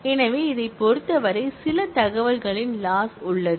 எனவே இதைப் பொறுத்தவரை சில தகவல்களின் லாஸ் உள்ளது